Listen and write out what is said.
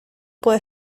puede